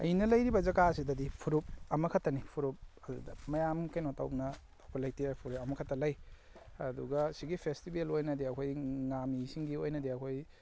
ꯑꯩꯅ ꯂꯩꯔꯤꯕ ꯖꯥꯒꯥ ꯑꯁꯤꯗꯗꯤ ꯐꯨꯔꯨꯞ ꯑꯃꯈꯛꯇꯅꯤ ꯐꯨꯔꯨꯞ ꯑꯗꯨꯗ ꯃꯌꯥꯝ ꯀꯩꯅꯣ ꯇꯧꯅ ꯑꯇꯣꯞꯄ ꯂꯩꯇꯦ ꯐꯨꯔꯨꯞ ꯑꯃꯈꯛꯇ ꯂꯩ ꯑꯗꯨꯒ ꯑꯁꯤꯒꯤ ꯐꯦꯁꯇꯤꯕꯦꯜ ꯑꯣꯏꯅꯗꯤ ꯑꯩꯈꯣꯏ ꯉꯥꯃꯤꯁꯤꯡꯒꯤ ꯑꯣꯏꯅꯗꯤ ꯑꯩꯈꯣꯏ